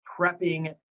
prepping